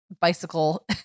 bicycle